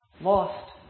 lost